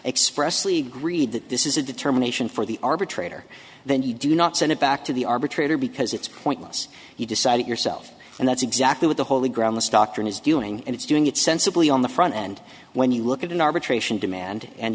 expressly agreed that this is a determination for the arbitrator then you do not send it back to the arbitrator because it's pointless you decide it yourself and that's exactly what the holy ground the stockton is doing and it's doing it sensibly on the front end when you look at an arbitration demand and